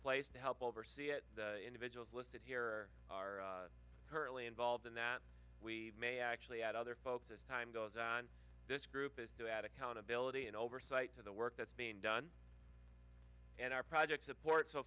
place to help oversee it the individuals listed here are currently involved in that we may actually add other folks as time goes on this group is to add accountability and oversight to the work that's been done and our project support so